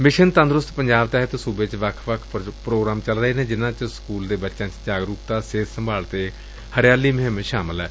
mission ਤੰਦਰੁਸਤ ਪੰਜਾਬ ਤਹਿਤ ਸੂਬੇ ਚ ਵੱਖ ਵੱਖ ਪ੍ਰੋਗਰਾਮ ਚੱਲ ਰਹੇ ਨੇ ਜਿਨ੍ਹਾਂ ਚ ਸਕੁਲਾਂ ਦੇ ਬਚਿਆਂ ਚ ਜਾਗਰੂਕਤਾ ਸਿਹਤ ਸੰਭਾਲ ਅਤੇ ਹਰਿਆਲੀ ਮੁਹਿੰਮ ਸ਼ਾਮਲ ਏ